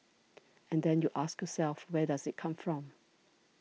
and then you ask yourself where does it come from